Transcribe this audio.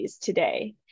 today